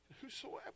Whosoever